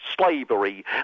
slavery